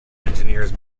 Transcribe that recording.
engineers